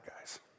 guys